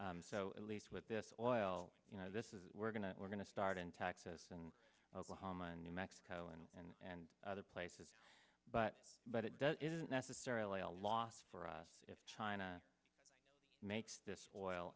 e so at least with this oil you know this is we're going to we're going to start in taxes and oklahoma new mexico and in and other places but but it does it isn't necessarily a loss for us if china makes this oil